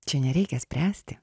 čia nereikia spręsti